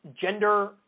gender